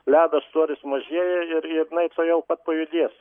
ledo storis mažėja ir ir inai tuojau pat pajudės